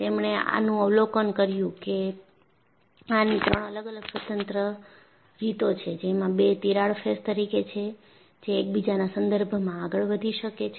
તેમણે આનું અવલોકન કર્યું કે આની ત્રણ અલગ અલગ સ્વતંત્ર રીતો છે જેમાં બે તિરાડ ફેસ તરીકે છે જે એકબીજાના સંદર્ભમાં આગળ વધી શકે છે